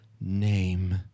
name